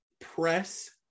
press